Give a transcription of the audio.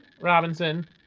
Robinson